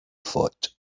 thought